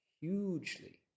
hugely